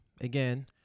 again